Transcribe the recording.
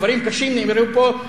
דברים קשים נאמרו פה,